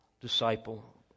disciple